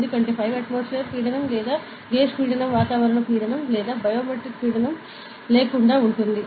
ఎందుకంటే ఈ 5 atmosphere పీడనం లేదా గేజ్ పీడనం వాతావరణ పీడనం లేదా బారోమెట్రిక్ పీడనం లేకుండా ఉంటుంది